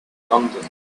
london